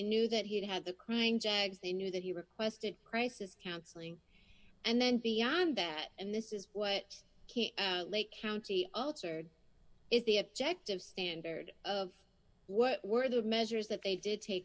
knew that he had the crying jags they knew that he requested crisis counseling and then beyond that and this is what lake county altered is the objective standard of what were the measures that they did take